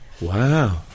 Wow